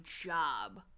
job